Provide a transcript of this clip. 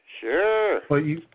sure